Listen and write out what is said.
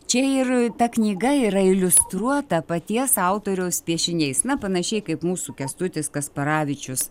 čia ir ta knyga yra iliustruota paties autoriaus piešiniais na panašiai kaip mūsų kęstutis kasparavičius